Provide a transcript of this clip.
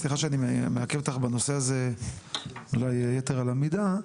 סליחה שאני מעכב אותך בנושא הזה אולי יתר על המידה,